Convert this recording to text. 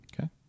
Okay